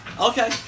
okay